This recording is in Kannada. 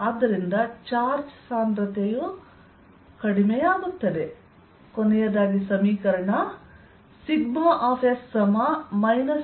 ಆದ್ದರಿಂದ ಚಾರ್ಜ್ ಸಾಂದ್ರತೆಯು ಕಡಿಮೆಯಾಗುತ್ತದೆ